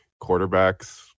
quarterbacks